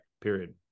period